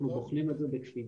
אנחנו בוחנים את זה בקפידה,